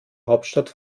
hauptstadt